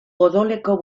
odoleko